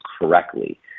correctly